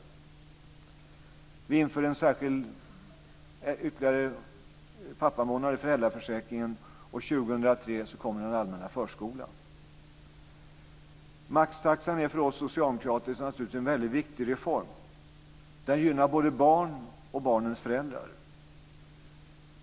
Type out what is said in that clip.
Vi inför ytterligare en särskild pappamånad i föräldraförsäkringen. 2003 kommer den allmänna förskolan. Maxtaxan är för oss socialdemokrater naturligtvis en väldigt viktig reform. Den gynnar både barn och barnens föräldrar.